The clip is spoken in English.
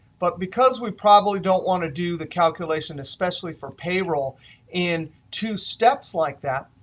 but because we probably don't want to do the calculation especially for payroll in two steps like that,